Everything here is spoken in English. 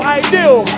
ideal